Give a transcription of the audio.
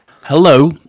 Hello